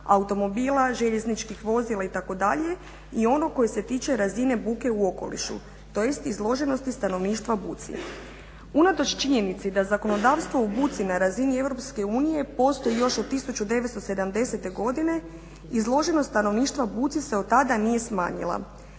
automobila, željezničkih vozila itd. i onog koji se tiče razine buke u okolišu, tj. izloženosti stanovništva buci. Unatoč činjenice da zakonodavstvo o buci na razini EU postoji još od 1970.godine, izloženost stanovništva buci se od tada nije smanjila.